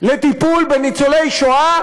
לטיפול בניצולי שואה,